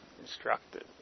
instructed